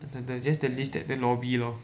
I don't know just the list at the lobby lor